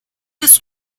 ist